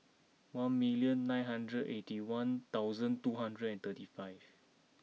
one million nine hundred eighty one thousand two hundred and thirty five